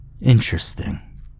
Interesting